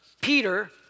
Peter